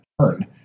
turn